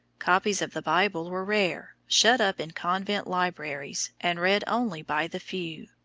copies of the bible were rare, shut up in convent libraries, and read only by the few.